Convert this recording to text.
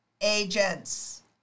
agents